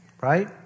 Right